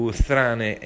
strane